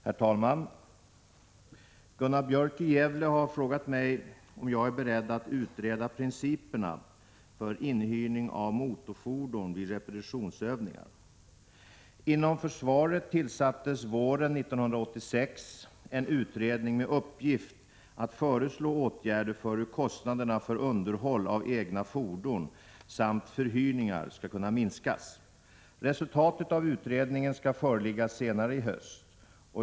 Herr talman! Gunnar Björk i Gävle har frågat mig om jag är beredd att utreda principerna för inhyrning av motorfordon vid repetitionsövningar. Inom försvaret tillsattes våren 1986 en utredning med uppgift att föreslå åtgärder för hur kostnaderna för underhåll av egna fordon samt förhyrningar skall kunna minskas. Resultatet av utredningen skall föreligga senare i höst.